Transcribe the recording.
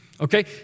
okay